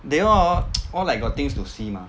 they all orh all like got things to see mah